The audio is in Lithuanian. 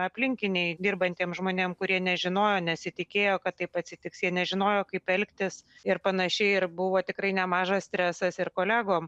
aplinkiniai dirbantiem žmonėm kurie nežinojo nesitikėjo kad taip atsitiks jie nežinojo kaip elgtis ir panašiai ir buvo tikrai nemažas stresas ir kolegom